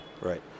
right